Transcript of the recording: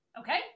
okay